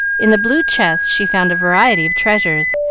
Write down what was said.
in the blue chest she found a variety of treasures,